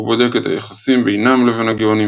הוא בודק את היחסים בינם לבין הגאונים,